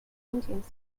engines